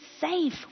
safe